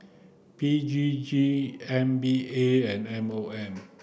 P G G M B A and M O M